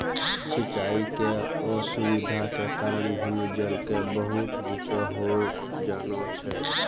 सिचाई के असुविधा के कारण भूमि जल के बहुत नीचॅ होय जाना छै